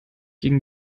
gegen